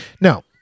Now